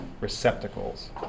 receptacles